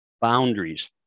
boundaries